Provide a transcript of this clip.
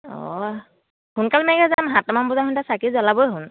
অঁ সোনকালে মাৰিলে যাম সাতটা মান বজাত সন্ধিয়া চাকি জ্বলাবই হ'ল